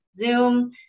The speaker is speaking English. Zoom